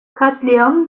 katliam